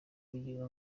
kugira